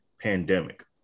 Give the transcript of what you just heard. pandemic